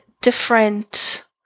different